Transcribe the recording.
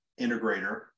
integrator